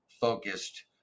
focused